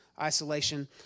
isolation